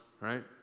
right